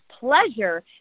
pleasure